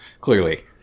clearly